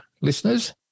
listeners